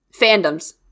Fandoms